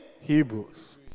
Hebrews